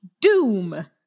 Doom